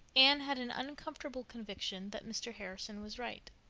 anne had an uncomfortable conviction that mr. harrison was right,